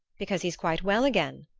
because he's quite well again,